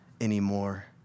anymore